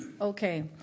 Okay